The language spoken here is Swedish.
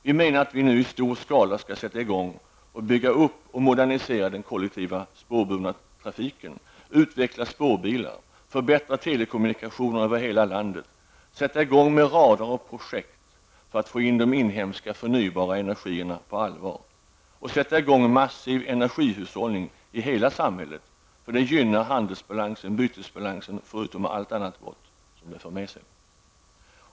Vi menar att vi nu i stor skala skall sätta i gång att bygga upp och modernisera den kollektiva spårbundna trafiken, utveckla spårbilar, förbättra telekommunikationerna över hela landet, sätta i gång med rader av projekt för att få in de inhemska förnybara energierna på allvar, att sätta i gång massiv energihushållning i hela samhället, för det gynnar handelsbalansen och bytesbalansen, bortsett från allt annat gott som det för med sig.